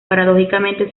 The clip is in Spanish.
paradójicamente